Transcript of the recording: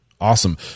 Awesome